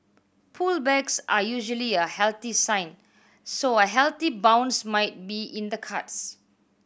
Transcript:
pullbacks are usually a healthy sign so a healthy bounce might be in the cards